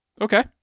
Okay